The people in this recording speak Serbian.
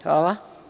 Hvala.